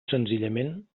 senzillament